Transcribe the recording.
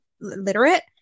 literate